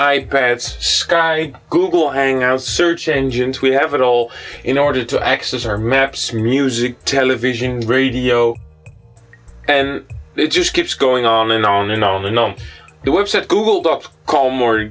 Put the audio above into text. i pads sky google hangouts search engines we have it all in order to access our maps music television and radio and it just keeps going on and on and on and on the website google